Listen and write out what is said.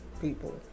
people